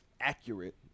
accurate